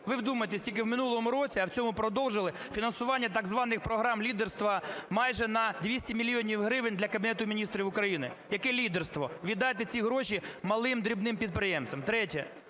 Ви вдумайтесь тільки в минулому році, а в цьому продовжили фінансування так званих програм лідерства майже на 200 мільйонів гривень для Кабінету Міністрів України. Яке лідерство? Віддайте ці гроші малим, дрібним підприємцям.